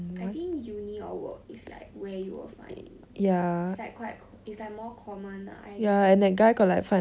I think uni or work is like where you will find is like quite is like more common lah I guess